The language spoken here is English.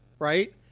Right